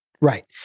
Right